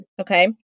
Okay